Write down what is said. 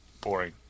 boring